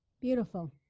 beautiful